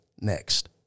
next